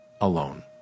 alone